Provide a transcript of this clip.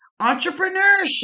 entrepreneurship